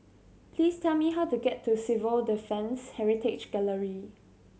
please tell me how to get to Civil Defence Heritage Gallery